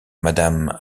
madame